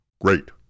Great